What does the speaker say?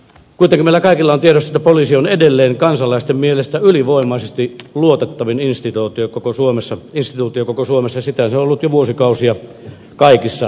kuitenkin meillä kaikilla on tiedossa että poliisi on edelleen kansalaisten mielestä ylivoimaisesti luotettavin instituutio koko suomessa ja sitä se on ollut jo vuosikausia kaikissa samantyyppisissä tutkimuksissa